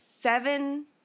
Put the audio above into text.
seven